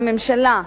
הממשלה,